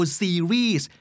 series